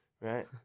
Right